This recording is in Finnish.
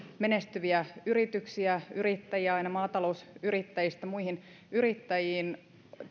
menestyviä yrityksiä ja yrittäjiä aina maatalousyrittäjistä muihin yrittäjiin